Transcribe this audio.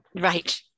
Right